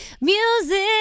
Music